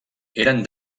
eren